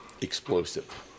explosive